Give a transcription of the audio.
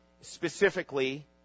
specifically